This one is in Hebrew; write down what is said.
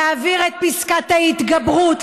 להעביר את פסקת ההתגברות,